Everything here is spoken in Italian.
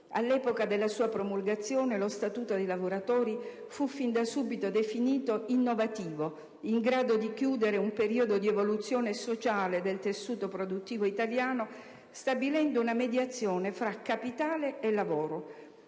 All'epoca della sua promulgazione lo Statuto dei lavoratori fu fin da subito definito come elemento innovativo, in grado di chiudere un periodo di evoluzione sociale del tessuto produttivo italiano stabilendo una mediazione tra capitale e lavoro.